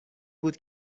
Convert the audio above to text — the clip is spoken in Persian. بود